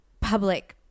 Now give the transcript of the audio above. public